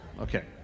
Okay